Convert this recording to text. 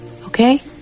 okay